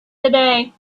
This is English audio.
today